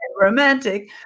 romantic